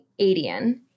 Adian